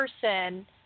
person